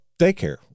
daycare